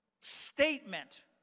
statement